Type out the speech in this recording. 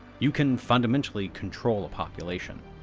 you can fundamentally control a population.